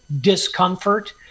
discomfort